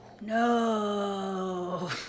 No